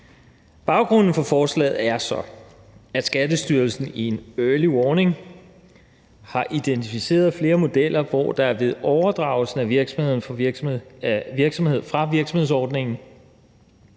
Baggrunden for forslaget er så, at Skattestyrelsen i en early warning har identificeret flere modeller, hvor der ved overdragelse af virksomhed fra virksomhedsordningen